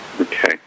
Okay